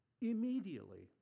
immediately